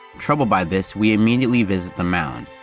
troubled by this, we immediately visit the mound.